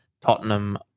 Tottenham